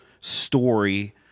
story